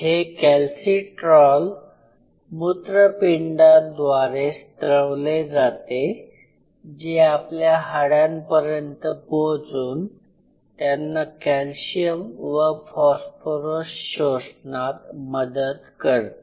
हे कॅल्सिट्रॉल मूत्रपिंडाद्वारे स्त्रवले जाते जे आपल्या हाडांपर्यन्त पोहोचून त्यांना कॅल्शियम व फॉस्फरस शोषणात मदत करते